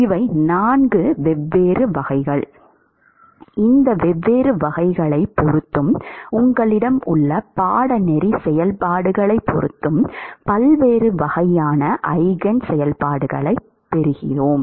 இவை 4 வெவ்வேறு வகைகள் பொறுத்தும் உங்களிடம் உள்ள பாடநெறி செயல்பாடுகளைப் பொறுத்தும் பல்வேறு வகையான ஈஜென் செயல்பாடுகளைப் பெறுகிறது